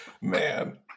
man